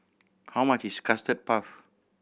how much is Custard Puff